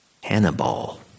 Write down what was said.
Hannibal